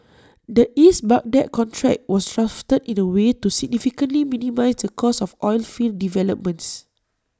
the east Baghdad contract was drafted in A way to significantly minimise the cost of oilfield developments